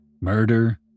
murder